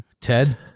Ted